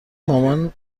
مامان